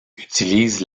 utilisent